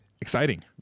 exciting